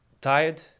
tired